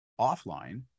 offline